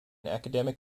academic